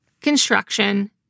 construction